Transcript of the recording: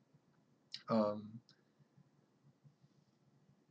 um